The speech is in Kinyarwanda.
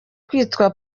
kwitwa